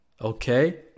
Okay